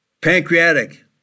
pancreatic